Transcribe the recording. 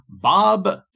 Bob